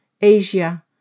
Asia